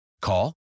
Call